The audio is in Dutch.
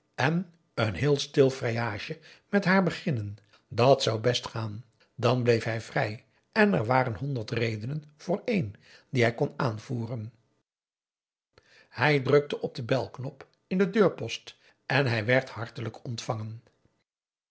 en een heel stil vrijagetje met haar beginnen dat zou best gaan dan bleef hij vrij en er waren honderd redenen voor één die hij kon aanvoeren hij drukte op den belknop in de deurpost en hij werd hartelijk ontvangen